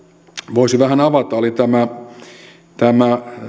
voisi vähän avata on tämä